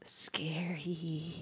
scary